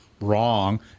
wrong